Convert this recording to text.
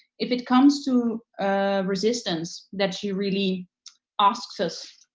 if it comes to resistance that she really asks us